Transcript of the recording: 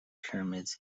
pyramids